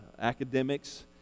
academics